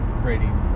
creating